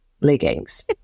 leggings